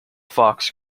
fox